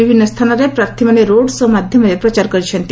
ବିଭିନ୍ନ ସ୍ଥାନରେ ପ୍ରାର୍ଥୀମାନେ ରୋଡ ଶୋ ମାଧ୍ୟମରେ ପ୍ରଚାର କରିଛନ୍ତି